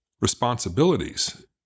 responsibilities